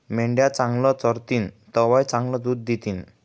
मेंढ्या चांगलं चरतीन तवय चांगलं दूध दितीन